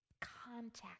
contact